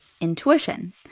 intuition